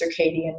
circadian